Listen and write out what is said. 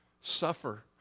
suffer